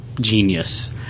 genius